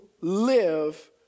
live